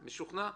משוכנע.